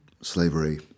Slavery